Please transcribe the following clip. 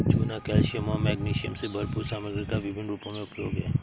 चूना कैल्शियम और मैग्नीशियम से भरपूर सामग्री का विभिन्न रूपों में उपयोग है